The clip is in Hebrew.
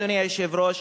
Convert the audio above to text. אדוני היושב-ראש,